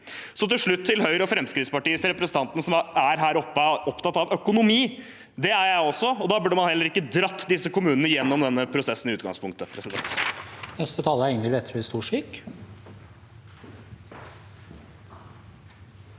til slutt, til Høyres og Fremskrittspartiets representanter som er her oppe og er opptatt av økonomi: Det er jeg også, og da burde man heller ikke dratt disse kommunene gjennom denne prosessen i utgangspunktet.